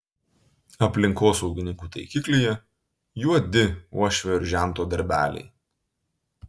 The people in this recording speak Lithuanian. aplinkosaugininkų taikiklyje juodi uošvio ir žento darbeliai